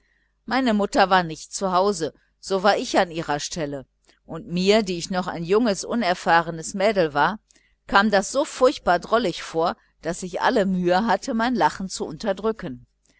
meine mutter war nicht zu hause so war ich an ihrer stelle und mir die ich noch ein junges dummes mädchen war kam das so furchtbar komisch vor daß ich alle mühe hatte mein lachen zu unterdrücken